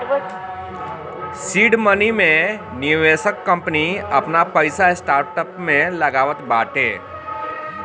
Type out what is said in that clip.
seed money मे निवेशक company आपन पईसा स्टार्टअप में लगावत बाटे